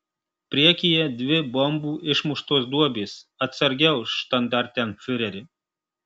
priekyje dvi bombų išmuštos duobės atsargiau štandartenfiureri